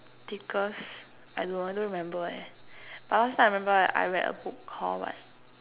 thickest I no longer remember leh where but last time I remembered I read a book Called what